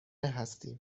هستیم